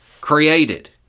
created